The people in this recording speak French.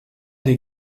des